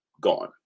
gone